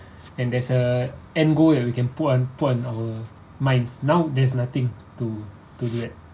and there's a end goal where we can put on put on our minds now there's nothing to do it